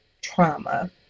trauma